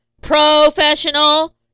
professional